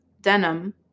denim